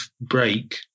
break